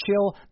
chill